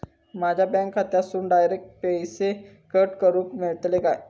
माझ्या बँक खात्यासून डायरेक्ट पैसे कट करूक मेलतले काय?